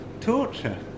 torture